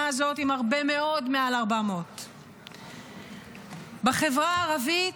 הזאת עם הרבה מאוד מעל 400. בחברה הערבית,